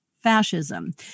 fascism